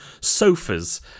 sofas